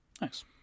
Nice